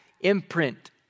imprint